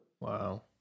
Wow